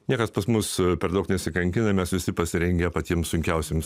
niekas pas mus per daug nesikankina mes visi pasirengę patiems sunkiausiems